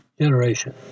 generation